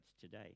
today